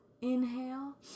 inhale